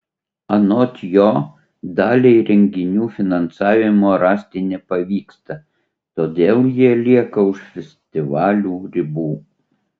anot jo daliai renginių finansavimo rasti nepavyksta todėl jie lieka už festivalių ribų